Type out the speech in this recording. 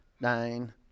nine